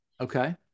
Okay